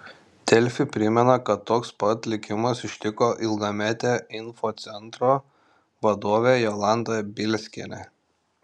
delfi primena kad toks pat likimas ištiko ilgametę infocentro vadovę jolantą bielskienę